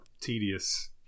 tedious